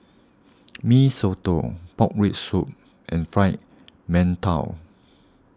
Mee Soto Pork Rib Soup and Fried Mantou